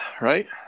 right